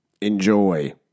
Enjoy